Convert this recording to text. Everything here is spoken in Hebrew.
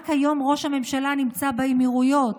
רק היום ראש הממשלה נמצא באמירויות.